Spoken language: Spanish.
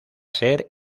ser